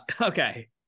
Okay